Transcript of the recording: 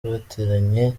bateranye